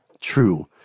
true